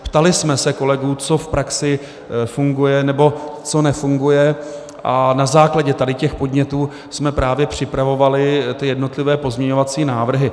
Ptali jsme se kolegů, co v praxi funguje nebo co nefunguje, a na základě těch podnětů jsme právě připravovali jednotlivé pozměňovací návrhy.